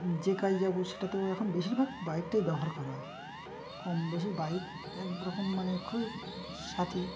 যে কাজ যাবো সেটা তো এখন বেশিরভাগ বাইকটাই ব্যবহার করা হয় কম বেশি বাইক এক রকম মানে খুবই সাথী